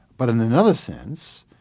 but in another sense,